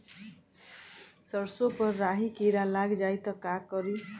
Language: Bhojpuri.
सरसो पर राही किरा लाग जाई त का करी?